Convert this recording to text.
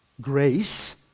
grace